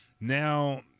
now